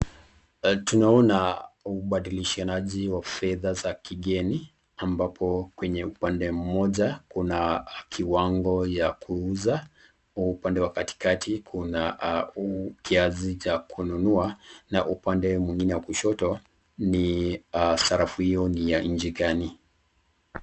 Tunaona ubadilishianaji wa fedha za kigeni ambapo kwenye upande mmoja kuna kiwango ya kuuza, kwa upande wa katikati kuna kiazi cha kununua, na upande mwengine wa kushoto ni sarafu hiyo ni ya nchi gani.